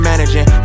Managing